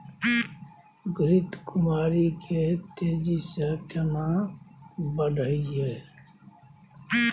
घृत कुमारी के तेजी से केना बढईये?